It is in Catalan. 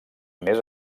més